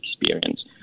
experience